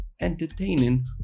entertaining